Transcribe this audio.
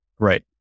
Right